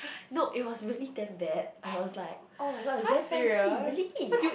no it was really damn bad I was like [oh]-my-god it's damn spicy really